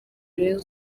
rayon